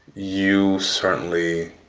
you certainly